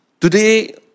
Today